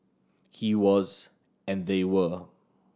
he was and they were